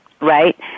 right